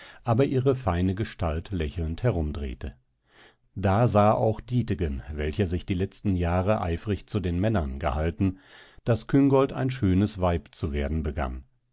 aber ihre feine gestalt lächelnd herumdrehte da sah auch dietegen welcher sich die letzten jahre eifrig zu den männern gehalten daß küngolt ein schönes weib zu werden begann